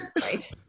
Right